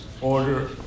order